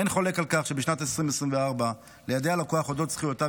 אין חולק על כך שבשנת 2024 ליידע לקוח על אודות זכויותיו